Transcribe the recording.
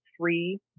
three